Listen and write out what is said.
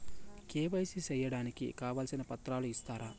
KYC సేయడానికి కావాల్సిన పత్రాలు ఇస్తారా?